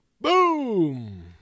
boom